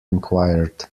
enquired